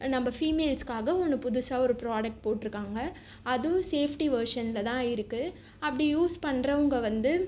நம்ம ஃபீமேல்ஸ்க்காக ஒன்று புதுசா ஒரு ப்ராடக்ட் போட்டுருக்காங்கள் அதுவும் சேஃப்ட்டி வெர்சனில் தான் இருக்குது அப்படி யூஸ் பண்ணுறவுங்க வந்து